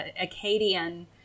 Acadian